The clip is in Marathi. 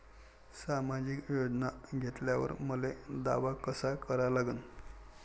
सामाजिक योजना घेतल्यावर मले दावा कसा करा लागन?